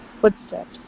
footsteps